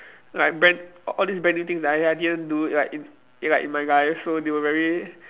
like brand a~ all this brand new things that I I didn't do like in like in my life so they were very